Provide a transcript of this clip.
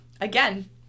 Again